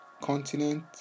continent